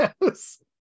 Yes